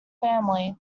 family